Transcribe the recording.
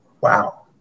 Wow